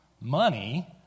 money